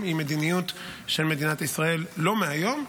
היא מדיניות של מדינת ישראל לא מהיום.